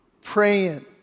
praying